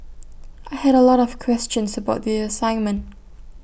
I had A lot of questions about the assignment